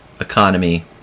economy